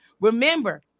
Remember